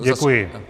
Děkuji.